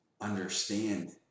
understand